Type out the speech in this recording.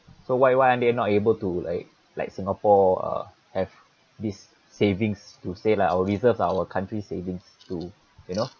so why why aren't they not able to like like singapore uh have this savings to say lah or reserve our country savings too you know